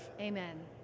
Amen